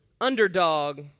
underdog